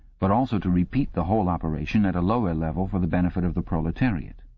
but also to repeat the whole operation at a lower level for the benefit of the proletariat.